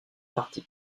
partie